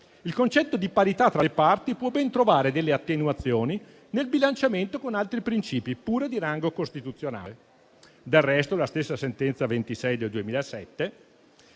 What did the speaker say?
il concetto di parità tra le parti può ben trovare delle attenuazioni nel bilanciamento con altri principi pure di rango costituzionale. Del resto, la stessa sentenza n. 26 del 2007